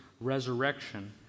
resurrection